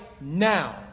now